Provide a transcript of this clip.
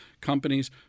companies